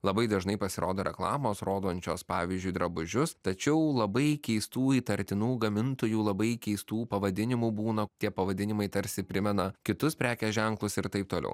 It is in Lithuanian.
labai dažnai pasirodo reklamos rodančios pavyzdžiui drabužius tačiau labai keistų įtartinų gamintojų labai keistų pavadinimų būna tie pavadinimai tarsi primena kitus prekės ženklus ir taip toliau